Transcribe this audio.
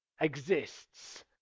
exists